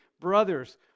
brothers